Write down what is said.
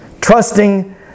trusting